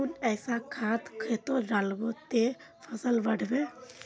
कुन ऐसा खाद खेतोत डालबो ते फसल बढ़बे?